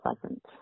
pleasant